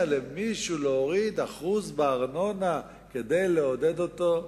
להוריד אחוז בארנונה כדי לעודד את הנושא,